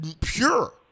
pure